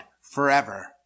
forever